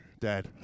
Dad